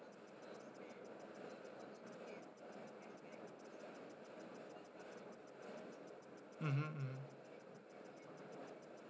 mmhmm mmhmm